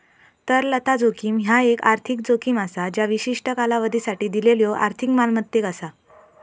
तरलता जोखीम ह्या एक आर्थिक जोखीम असा ज्या विशिष्ट कालावधीसाठी दिलेल्यो आर्थिक मालमत्तेक असता